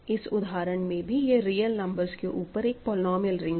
इस उदाहरण में भी यह रियल नंबर्स के ऊपर एक पोलीनोमिअल रिंग है